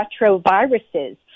retroviruses